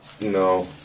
No